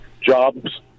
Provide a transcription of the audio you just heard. jobs